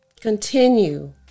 Continue